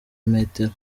metero